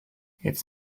its